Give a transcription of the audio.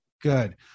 good